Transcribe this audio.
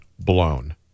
blown